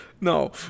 no